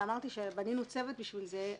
אמרתי שבנינו צוות בשביל זה,